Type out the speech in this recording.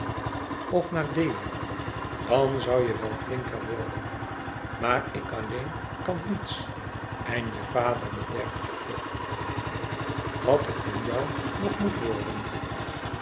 of naar deli dan zoû je wel flinker worden maar ik alleen kan niets en je vader bederft je ook wat er van jou nog moet worden